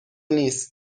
نیست